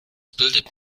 bildet